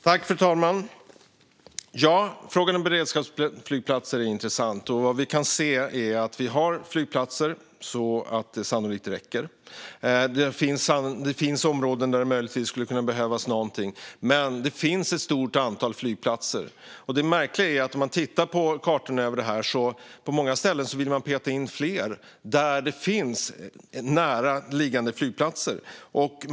Fru talman! Ja, frågan om beredskapsflygplatser är intressant. Vad vi kan se är att vi har flygplatser så att det sannolikt räcker. Det finns områden där det möjligtvis skulle behövas någonting, men det finns ett stort antal flygplatser. Det märkliga är att den som tittar på kartorna över det här kan se att man på många ställen vill peta in fler där det finns närliggande flygplatser.